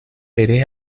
veré